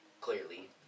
Clearly